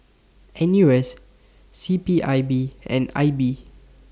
N U S C P I B and I B